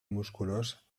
musculós